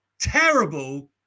terrible